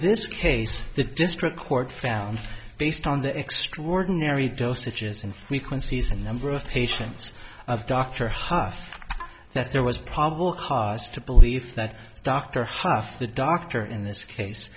this case the district court found based on the extraordinary dosages and frequencies and number of patients of dr huff that there was probable cause to believe that dr hough the doctor in this case